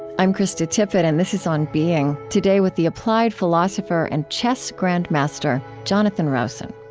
i'm krista tippett, and this is on being. today with the applied philosopher and chess grandmaster, jonathan rowson